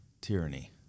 tyranny